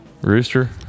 Rooster